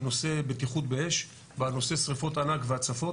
נושא בטיחות באש ועל נושא שריפות ענק והצפות.